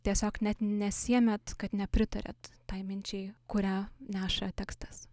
tiesiog net nesiėmėt kad nepritariat tai minčiai kurią neša tekstas